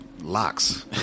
locks